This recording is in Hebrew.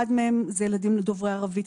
אחד מהם זה ילדים דוברי ערבית,